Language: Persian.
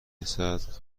رسد